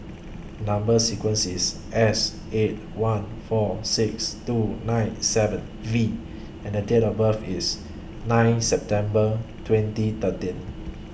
Number sequence IS S eight one four six two nine seven V and Date of birth IS nine September twenty thirteen